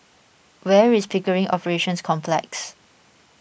where is Pickering Operations Complex